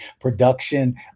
production